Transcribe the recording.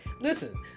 Listen